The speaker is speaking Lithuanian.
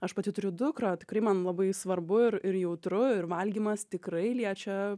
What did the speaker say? aš pati turiu dukrą tikrai man labai svarbu ir ir jautru ir valgymas tikrai liečia